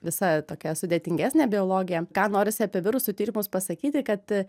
visa tokia sudėtingesnė biologija ką norisi apie virusų tyrimus pasakyti kad